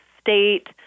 state